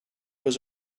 was